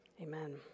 amen